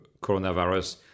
coronavirus